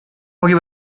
pochi